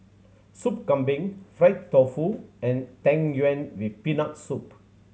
Sup Kambing fried tofu and Tang Yuen with Peanut Soup